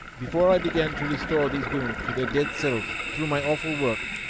before i began to restore these women to their dead selves through my awful work,